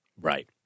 Right